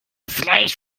fleisch